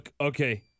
Okay